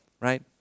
Right